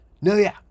no-yeah